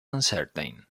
uncertain